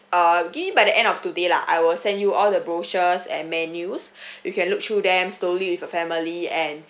uh give me by the end of today lah I will send you all the brochures and menus you can look through them slowly with your family and